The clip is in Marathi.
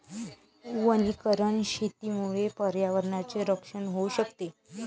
वनीकरण शेतीमुळे पर्यावरणाचे रक्षण होऊ शकते